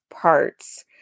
parts